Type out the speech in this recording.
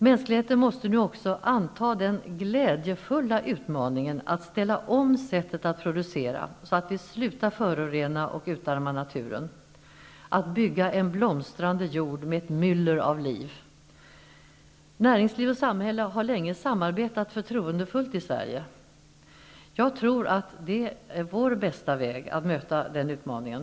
Mänskligheten måste nu också anta den glädjefulla utmaningen att ställa om sättet att producera, så att vi slutar förorena och utarma naturen och i stället kan bygga en blomstrande jord med ett myller av liv. Näringsliv och samhälle har länge samarbetat förtroendefullt i Sverige. Jag tror att det är vår bästa väg att möta den utmaningen.